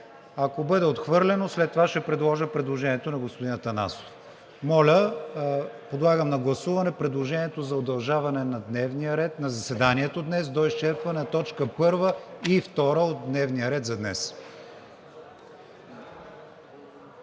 ако бъде отхвърлено, след това ще предложа предложението на господин Атанасов. Подлагам на гласуване предложението за удължаване на заседанието днес – до изчерпване на точки първа и втора от дневния ред за днес.